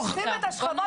רק רציתי שזה יהיה על הפרק.